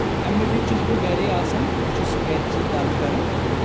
اَمہِ مٔزیٖد چھُس بہٕ گَرے آسَان بہٕ چھُس گرِچی کامہِ کَران